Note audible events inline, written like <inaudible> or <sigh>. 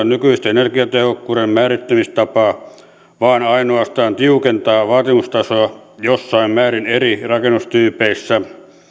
<unintelligible> nykyistä energiatehokkuuden määrittämistapaa vaan ainoastaan tiukentaa vaatimustasoa jossain määrin eri rakennustyypeissä